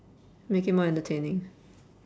make it more entertaining